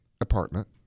apartment